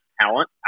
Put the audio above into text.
talent